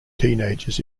teenagers